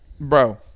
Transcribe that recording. bro